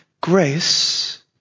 grace